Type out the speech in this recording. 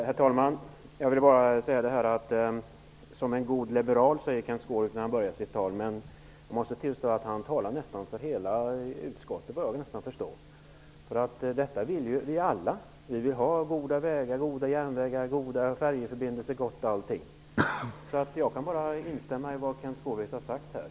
Herr talman! Kenth Skårvik började sitt anförande med att säga att han var en god liberal. Men jag måste tillstå att han talade för hela utskottet. Vi vill alla ha goda vägar, goda järnvägar, goda färjeförbindelser och allting gott. Så jag kan bara instämma i det som Kenth Skårvik sade.